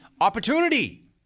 opportunity